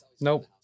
nope